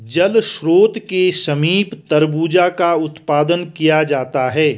जल स्रोत के समीप तरबूजा का उत्पादन किया जाता है